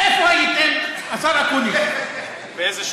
איפה הייתם, השר אקוניס, באיזה שלב?